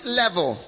level